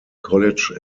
college